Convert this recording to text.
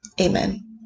Amen